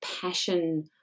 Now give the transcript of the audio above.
passion